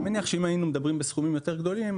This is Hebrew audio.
אני מניח שאם הינו מדברים בסכומים יותר גדולים,